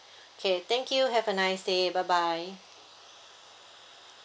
okay thank you have a nice day bye bye